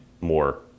more